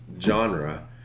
genre